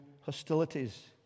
hostilities